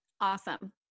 Awesome